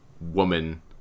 woman